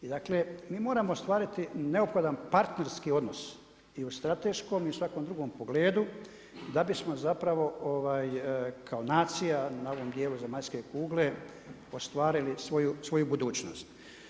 I dakle, mi moramo ostvariti neophodan partnerski odnos i u strateškom i svakom drugom pogledu, da bismo zapravo kao nacija u ovom dijelu zemaljske kugle ostvarili svoju budućnost.